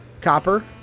copper